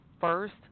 first